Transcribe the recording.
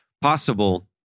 possible